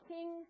King